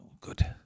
good